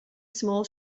small